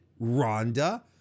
Rhonda